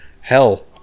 hell